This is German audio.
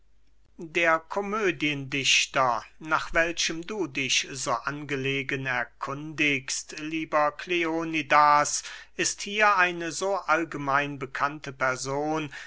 der komödiendichter nach welchem du dich so angelegen erkundigest lieber kleonidas ist hier eine so allgemein bekannte person